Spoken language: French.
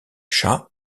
chah